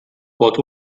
pot